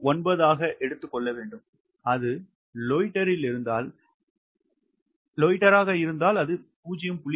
9 ஆக எடுத்துக் கொள்ள வேண்டும் அது லோயிட்டர் இருந்தால் அது 0